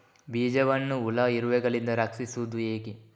ಬೀಜವನ್ನು ಹುಳ, ಇರುವೆಗಳಿಂದ ರಕ್ಷಿಸುವುದು ಹೇಗೆ?